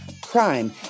crime